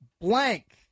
Blank